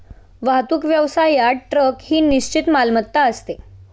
वाहतूक व्यवसायात ट्रक ही निश्चित मालमत्ता असते